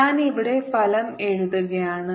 ഞാൻ ഇവിടെ ഫലം എഴുതുകയാണ്